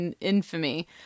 infamy